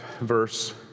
verse